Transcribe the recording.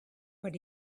but